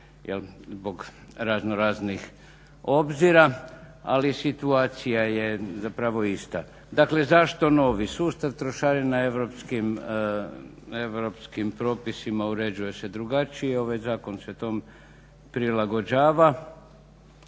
zbog razno raznih obzira. Ali situacija je zapravo ista. Dakle, zašto novi. Sustav trošarina europskim propisima uređuje se drugačije. Ovaj zakon se tom prilagođava,